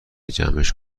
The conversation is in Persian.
جمعش